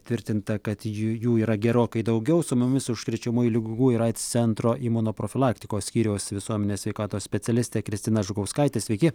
tvirtinta kad jų yra gerokai daugiau su mumis užkrečiamųjų ligų ir aids centro imunoprofilaktikos skyriaus visuomenės sveikatos specialistė kristina žukauskaitė sveiki